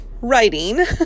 writing